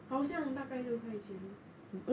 好像大概六块钱